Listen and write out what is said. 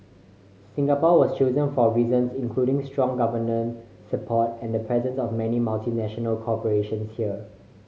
Singapore was chosen for reasons including strong government support and the presence of many multinational corporations here